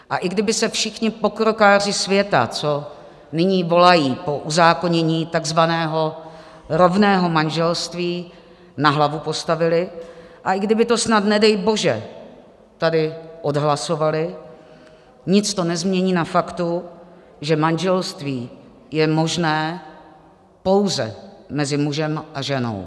A i kdyby se všichni pokrokáři světa, co nyní volají po uzákonění tzv. rovného manželství, na hlavu postavili, a i kdyby to snad nedej bože tady odhlasovali, nic to nezmění na faktu, že manželství je možné pouze mezi mužem a ženou.